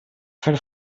fer